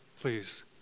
please